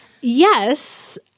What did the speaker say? Yes